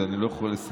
אז אני לא יכול לסרב.